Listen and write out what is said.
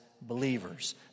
believers